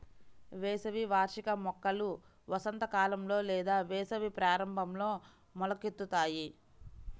వేసవి వార్షిక మొక్కలు వసంతకాలంలో లేదా వేసవి ప్రారంభంలో మొలకెత్తుతాయి